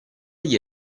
gli